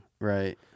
right